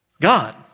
God